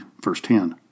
firsthand